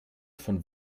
von